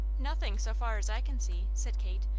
nothing, so far as i can see, said kate.